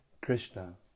Krishna